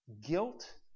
Guilt